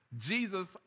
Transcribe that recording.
Jesus